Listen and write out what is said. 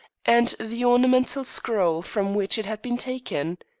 and the ornamental scroll from which it had been taken.